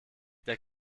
der